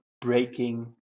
breaking